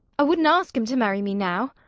i wouldn't ask him to marry me now.